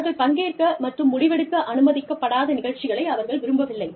அவர்கள் பங்கேற்க மற்றும் முடிவெடுக்க அனுமதிக்கப்படாத நிகழ்ச்சிகளை அவர்கள் விரும்பவில்லை